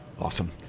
Awesome